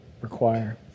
require